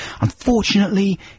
Unfortunately